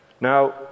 now